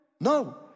No